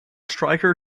striker